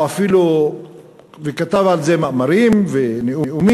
והוא אפילו כתב על זה מאמרים ונאומים,